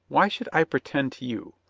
why should' i pretend to you?